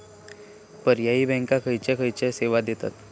पर्यायी बँका खयचे खयचे सेवा देतत?